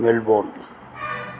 Melbourne